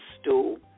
stool